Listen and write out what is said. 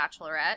Bachelorette